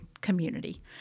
community